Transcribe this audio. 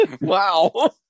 Wow